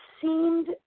seemed